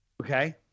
Okay